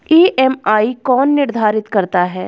EMI कौन निर्धारित करता है?